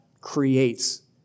creates